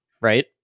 Right